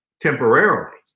temporarily